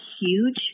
huge